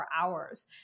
hours